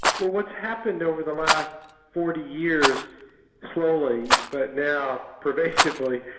well what's happened over the last forty years slowly, but now pervasively,